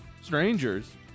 Strangers